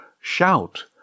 Shout